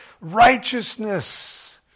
Righteousness